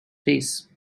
face